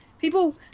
People